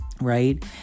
right